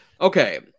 Okay